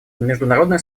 международное